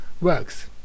works